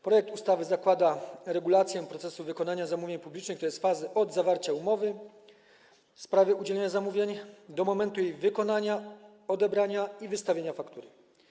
Projekt ustawy zakłada regulację procesu wykonania zamówień publicznych, tj. fazy od zawarcia umowy w sprawie udzielenia zamówień do momentu ich wykonania, odebrania i wystawienia faktury.